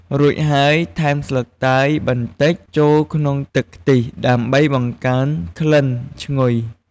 រួចហើយ ថែមស្លឹកតើយបន្តិចចូលក្នុងទឹកខ្ទិះ ដើម្បីបង្កើនក្លិនឈ្ងុយ។